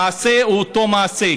המעשה הוא אותו מעשה.